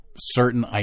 Certain